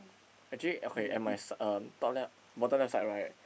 actually okay at my s~ um top left bottom left side right